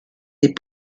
des